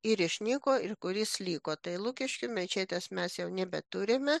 ir išnyko ir kuris liko tai lukiškių mečetės mes jau nebeturime